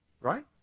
Right